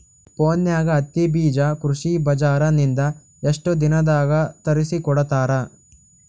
ಫೋನ್ಯಾಗ ಹತ್ತಿ ಬೀಜಾ ಕೃಷಿ ಬಜಾರ ನಿಂದ ಎಷ್ಟ ದಿನದಾಗ ತರಸಿಕೋಡತಾರ?